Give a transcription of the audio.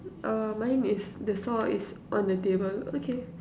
oh mine is the saw is on the table okay